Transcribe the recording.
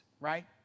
right